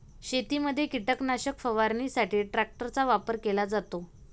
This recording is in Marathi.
शेतीमध्ये कीटकनाशक फवारणीसाठी ट्रॅक्टरचा वापर केला जातो